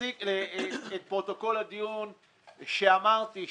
כפי שאמרתי,